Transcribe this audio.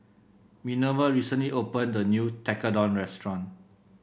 Minerva recently opened a new Tekkadon restaurant